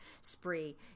spree